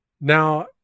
Now